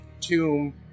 tomb